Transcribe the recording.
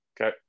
Okay